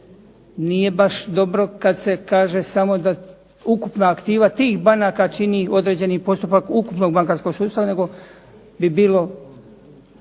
nije baš dobro kad se kaže samo da ukupna aktiva tih banaka čini određeni postupak ukupnog bankarskog sustava nego bi bilo